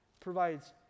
provides